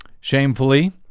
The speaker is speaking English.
shamefully